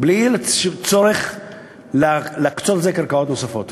בלי צורך להקצות לזה קרקעות נוספות,